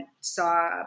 saw